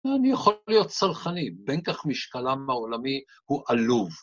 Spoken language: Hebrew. אהה... אני יכול להיות סלחני, בין כך משקלם העולמי הוא עלוב.